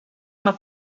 mae